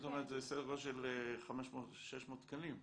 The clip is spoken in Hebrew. כלומר זה סדר גודל של 600 תקנים,